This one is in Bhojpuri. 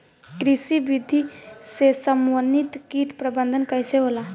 कृषि विधि से समन्वित कीट प्रबंधन कइसे होला?